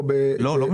לא.